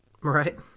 Right